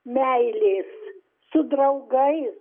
meilės su draugais